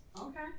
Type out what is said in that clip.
Okay